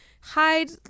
hide